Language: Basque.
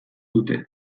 dute